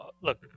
Look